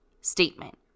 statement